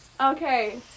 Okay